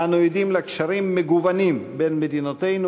אנו עדים לקשרים מגוונים בין מדינותינו,